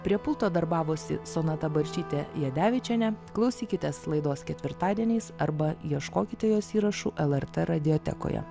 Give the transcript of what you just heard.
prie pulto darbavosi sonata balsytė jadevičienė klausykitės laidos ketvirtadieniais arba ieškokite jos įrašų lrt radiotekoje